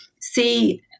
see